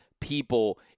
people